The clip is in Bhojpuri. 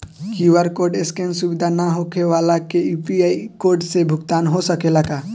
क्यू.आर कोड स्केन सुविधा ना होखे वाला के यू.पी.आई कोड से भुगतान हो सकेला का?